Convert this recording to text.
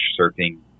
surfing